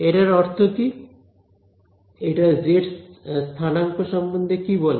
এটার অর্থ কি এটা জেড স্থানাঙ্ক সম্বন্ধে কি বলে